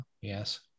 yes